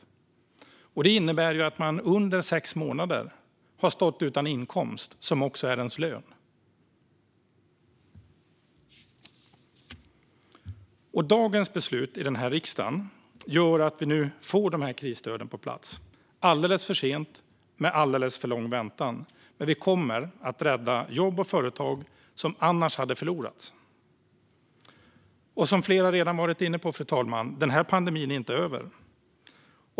Det innebär att man under sex månader har stått utan den inkomst som också är ens lön. Dagens beslut i riksdagen gör att vi nu får dessa krisstöd på plats - alldeles för sent, med alldeles för lång väntan, men vi kommer att rädda jobb och företag som annars hade förlorats. Som flera redan varit inne på, fru talman, är pandemin är inte över.